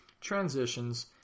transitions